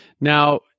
Now